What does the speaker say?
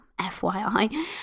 FYI